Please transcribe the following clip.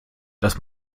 dass